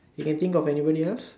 you can think of anybody else